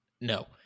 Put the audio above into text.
No